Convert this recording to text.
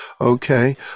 okay